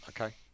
Okay